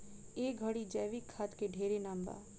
ए घड़ी जैविक खाद के ढेरे नाम बा